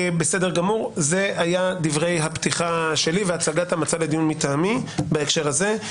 אלה היו דברי הפתיחה שלי והצגת המצע לדיון מטעמי בהקשר הזה.